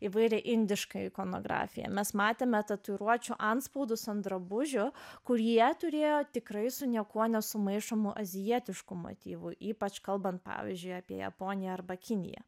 įvairią indiškąją ikonografiją mes matėme tatuiruočių antspaudus ant drabužių kurie turėjo tikrai su niekuo nesumaišomu azijietiškų motyvų ypač kalbant pavyzdžiui apie japoniją arba kiniją